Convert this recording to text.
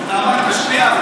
אמרת: שנייה.